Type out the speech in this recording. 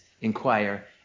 inquire